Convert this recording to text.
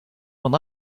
one